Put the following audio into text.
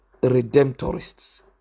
Redemptorists